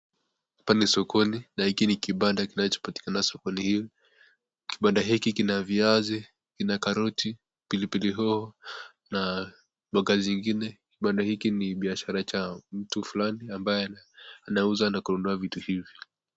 Hapa ni sokoni na hiki ni kibanda kinacho patikana sokoni. Kibanda hiki kina viazi, kina karoti, pilipili hoho na mboga zingine kibanda hiki ni biashara cha mtu fulani ambaye anauza na kununua vitu hivyo.